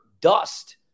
dust